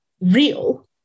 real